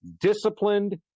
disciplined